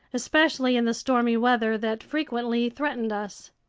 especially in the stormy weather that frequently threatened us.